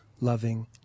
loving